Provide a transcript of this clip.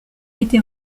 été